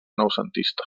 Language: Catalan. noucentista